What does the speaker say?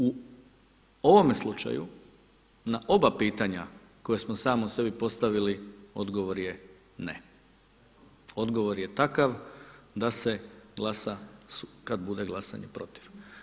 U ovome slučaju na oba pitanja koja smo sami sebi postavili odgovor je ne, odgovor je takav da se glasa kada bude glasanje protiv.